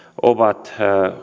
ovat